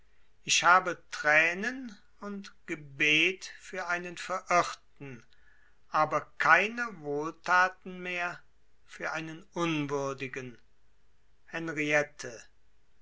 ich habe tränen und gebet für einen verirrten aber keine wohltaten mehr für einen unwürdigen henriette